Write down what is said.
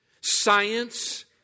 science